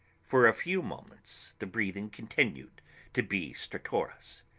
for a few moments the breathing continued to be stertorous.